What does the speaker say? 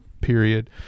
period